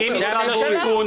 זאת החלטה של השר.